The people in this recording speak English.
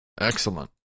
Excellent